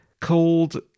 called